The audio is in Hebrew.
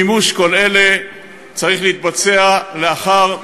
מימוש כל אלה צריך להתבצע לאחר,